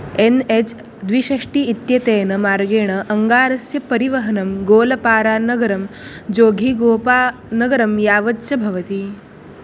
N H द्विषष्टि इत्यतेन मार्गेण अङ्गारस्य परिवहनं गोलपारानगरं जोघीगोपा नगरं यावत् च भवति